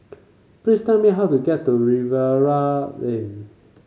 please tell me how to get to Lane